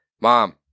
mom